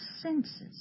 senses